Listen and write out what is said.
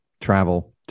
travel